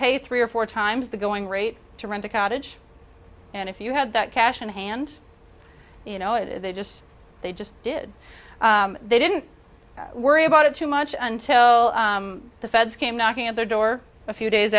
pay three or four times the going rate to rent a cottage and if you had that cash in hand you know it they just they just did they didn't worry about it too much until the feds came knocking at their door a few days